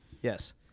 Yes